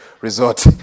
resort